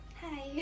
Hi